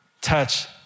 touch